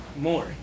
more